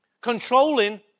Controlling